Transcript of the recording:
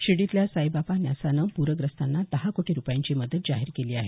शिर्डीतल्या साईबाबा न्यासानं पूरग्रस्तांना दहा कोटी रुपयांची मदत जाहीर केली आहे